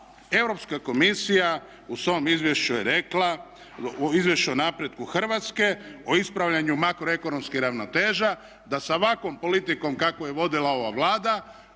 Europska komisija u svom Izvješću o napretku Hrvatske je rekla o ispravljanju makroekonomskih ravnoteža da sa ovakvom politikom kakvu je vodila ova Vlada